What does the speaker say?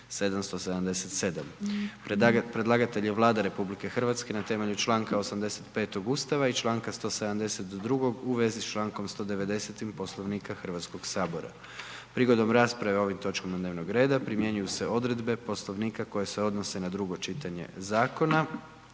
777 Predlagatelj je Vlada RH na temelju članka 85. Ustava RH i članka 172. u vezi s člankom 190. Poslovnika Hrvatskog sabora. Prigodom rasprave o ovim točkama dnevnog reda primjenjuju se odredbe Poslovnika koje se odnose na drugo čitanje zakona.